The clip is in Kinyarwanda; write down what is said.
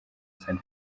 san